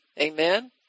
Amen